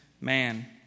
man